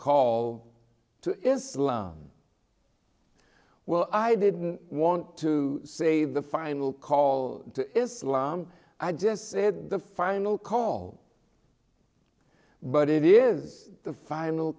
islam well i didn't want to say the final call to islam i just said the final call but it is the final